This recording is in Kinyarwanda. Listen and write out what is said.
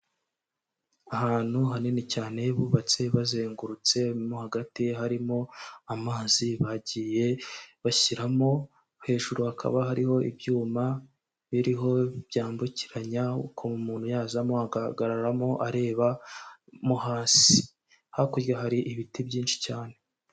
Ahantu hanini cyane bubatse bazengurutse mo hagati harimo amazi bagiye bashyiramo, hejuru hakaba hariho ibyuma biriho byambukiranya ukuntu umuntu yazamo agahagararamo areba mo hasi, hakurya hari ibiti byinshi cyane.